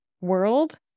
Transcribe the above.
world